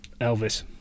Elvis